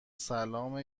سلام